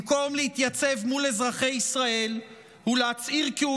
במקום להתייצב מול אזרחי ישראל ולהצהיר כי הוא